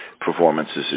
performances